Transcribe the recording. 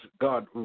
God